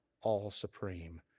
all-supreme